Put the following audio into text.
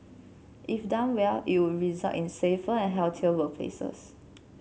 if done well it would result in safer and healthier workplaces